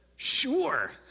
Sure